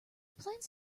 plans